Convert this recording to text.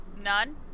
none